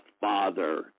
Father